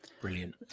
Brilliant